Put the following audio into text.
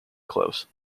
close